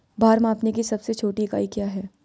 भार मापने की सबसे छोटी इकाई क्या है?